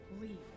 leave